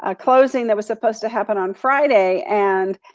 ah closing that was supposed to happen on friday and